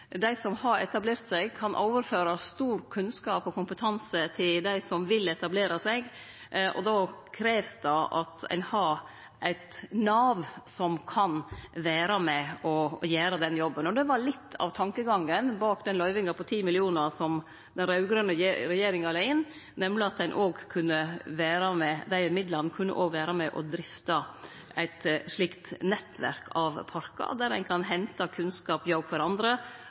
Dei som har etablert seg, kan overføre stor kunnskap og kompetanse til dei som vil etablere seg, og då krevst det at ein har eit nav som kan vere med og gjere den jobben. Det var litt av tankegangen bak den løyvinga på 10 mill. kr som den raud-grøne regjeringa la inn, nemleg at dei midlane òg kunne vere med og drifte eit slikt nettverk av parkar, der ein kan hente kunnskap i å forandre og slik løfte kvarandre